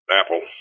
apple